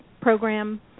program